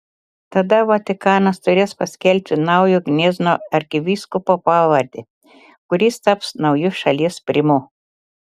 tada vatikanas turės paskelbti naujo gniezno arkivyskupo pavardę kuris taps nauju šalies primu